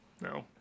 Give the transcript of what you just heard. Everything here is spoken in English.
No